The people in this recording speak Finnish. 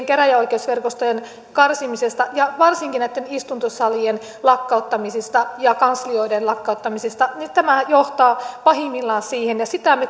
käräjäoikeusverkostojen karsimisesta ja varsinkin istuntosalien lakkauttamisista ja kanslioiden lakkauttamisista johtaa pahimmillaan siihen ja sitä